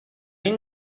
این